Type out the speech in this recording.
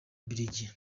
brig